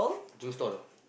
drinks stall